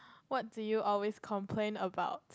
what do you always complain about